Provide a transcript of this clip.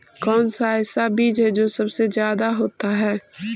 कौन सा ऐसा बीज है जो सबसे ज्यादा होता है?